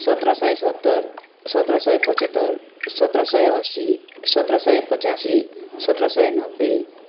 सत्र सय सत्तर सत्र सय पचहत्तर सत्र सय असी सत्र सय पचासी सत्र सय नब्बे